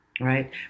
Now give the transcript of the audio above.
right